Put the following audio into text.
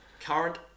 Current